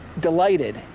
delighted,